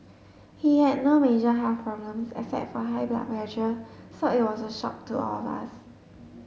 he had no major health problems except for high blood pressure so it was a shock to all of us